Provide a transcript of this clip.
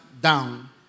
down